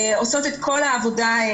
עושות את כל העבודה.